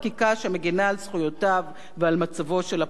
על זכויותיו ועל מצבו של הפועל השכיר,